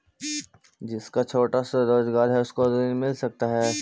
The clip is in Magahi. जिसका छोटा सा रोजगार है उसको ऋण मिल सकता है?